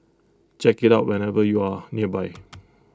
check IT out whenever you are nearby